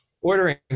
ordering